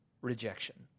rejection